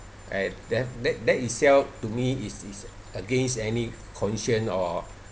and that that that itself to me is is against any concern or